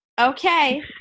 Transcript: Okay